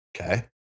Okay